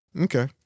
Okay